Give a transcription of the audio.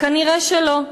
נראה שלא.